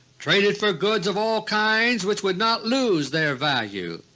traded for goods of all kinds which would not lose their value,